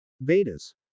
Vedas